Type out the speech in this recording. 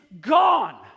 gone